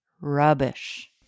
Rubbish